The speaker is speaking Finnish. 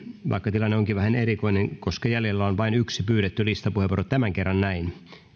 vaikka tilanne onkin vähän erikoinen koska jäljellä on vain yksi pyydetty listapuheenvuoro tämän kerran näin